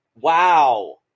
wow